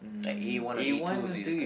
like A one or A twos